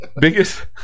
biggest